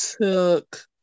took